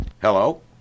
Hello